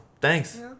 Thanks